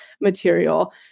material